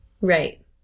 Right